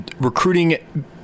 recruiting